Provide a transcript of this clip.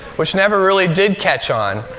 which never really did catch on.